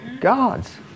God's